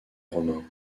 romains